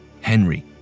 Henry